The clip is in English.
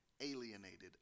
alienated